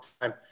time